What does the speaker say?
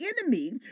enemy